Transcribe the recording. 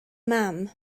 mam